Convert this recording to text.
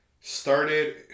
Started